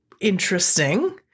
interesting